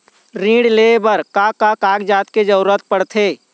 ऋण ले बर का का कागजात के जरूरत पड़थे?